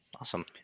awesome